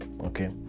Okay